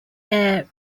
air